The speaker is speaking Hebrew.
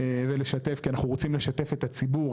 כי אנחנו רוצים לשתף את הציבור,